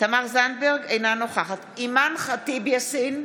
תמר זנדברג, אינה נוכחת אימאן ח'טיב יאסין,